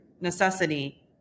necessity